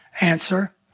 Answer